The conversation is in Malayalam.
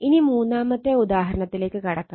ഇനി മൂന്നാമത്തെ ഉദാഹരണത്തിലേക്ക് കടക്കാം